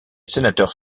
sénateur